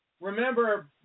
Remember